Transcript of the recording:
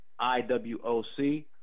IWOC